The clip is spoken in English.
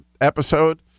episode